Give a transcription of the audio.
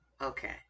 okay